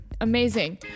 amazing